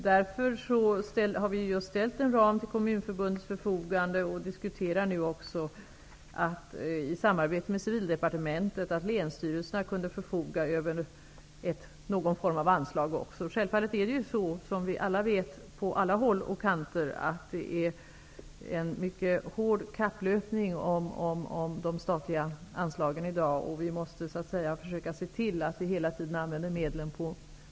Därför har vi just ställt en kostnadsram till Kommunförbundets förfogande, och vi diskuterar nu, i samarbete med Civildepartementet, möjligheten att också länsstyrelserna kunde förfoga över någon form av anslag. Som vi alla vet är det i dag, på alla håll och kanter, en mycket tuff kapplöpning om de statliga anslagen. Vi måste därför försöka se till att medlen hela tiden används på allra bästa sätt.